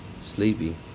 Sleepy